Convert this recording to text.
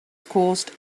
caused